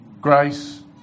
grace